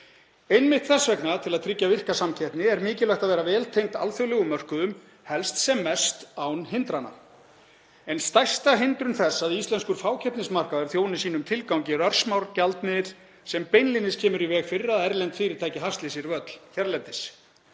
Einmitt þess vegna, til að tryggja virka samkeppni, er mikilvægt að vera vel tengd alþjóðlegum mörkuðum, helst sem mest án hindrana. Stærsta hindrun þess að íslenskur fákeppnismarkaður þjóni sínum tilgangi er örsmár gjaldmiðill sem beinlínis kemur í veg fyrir að erlend fyrirtæki hasli sér völl hérlendis.